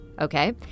Okay